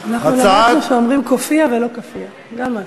אנחנו למדנו שאומרים "כופיה" ולא כאפיה, גם משהו.